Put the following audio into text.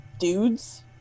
Dudes